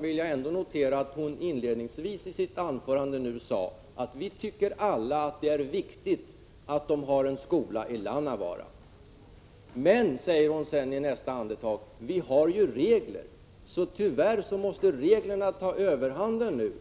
vill jag ändå notera att hon inledningsvis i sitt anförande nu sade att vi alla tycker att det är viktigt att de har en skola i Lannavaara. Men, säger hon sedan i nästa andetag, vi har ju regler. Tyvärr måste reglerna ta överhanden.